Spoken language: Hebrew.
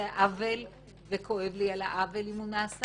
זה עוול וכואב לי על העוול אם הוא נעשה,